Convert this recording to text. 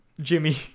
jimmy